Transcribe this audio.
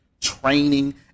training